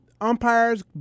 umpires